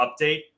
update